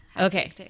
Okay